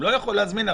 הוא לא יכול להזמין,